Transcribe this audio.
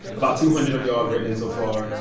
about two hundred of y'all have written in so far.